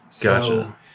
Gotcha